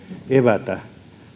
evätä